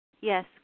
Yes